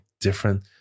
different